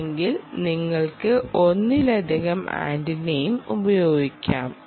അല്ലെങ്കിൽ നിങ്ങൾക്ക് ഒന്നിലധികം ആന്റിനയും ഉപയോഗിക്കാം